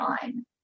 time